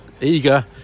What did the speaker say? eager